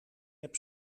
heb